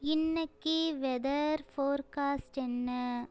இன்றைக்கு weather forecast என்ன